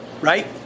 Right